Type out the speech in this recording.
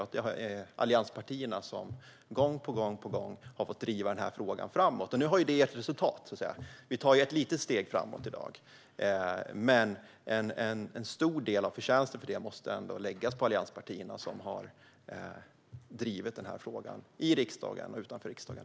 Det är allianspartierna som gång på gång har fått driva frågan framåt. Nu har det gett resultat; vi tar ett litet steg framåt i dag. En stor del av förtjänsten för detta måste dock sägas vara allianspartiernas - det är de som har drivit denna fråga i riksdagen och utanför riksdagen.